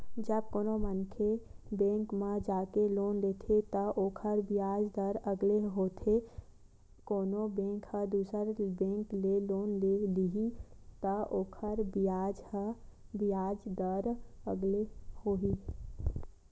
जब कोनो मनखे बेंक म जाके लोन लेथे त ओखर बियाज दर अलगे होथे कोनो बेंक ह दुसर बेंक ले लोन लिही त ओखर बियाज दर अलगे होही